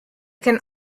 can